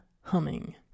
humming